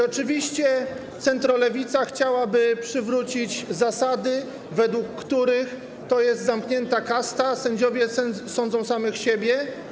Oczywiście centrolewica chciałaby przywrócić zasady, według których to jest zamknięta kasta, sędziowie sądzą samych siebie.